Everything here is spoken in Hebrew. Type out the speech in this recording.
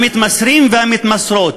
המתמסרים והמתמסרות,